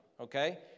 okay